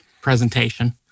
presentation